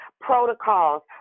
protocols